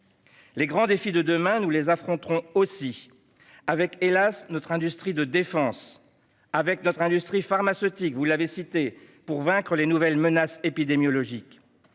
Les grands défis de demain, nous les affronterons aussi avec, hélas, notre industrie de défense, ou avec notre industrie pharmaceutique, que vous avez citée, pour vaincre les nouvelles menaces épidémiologiques.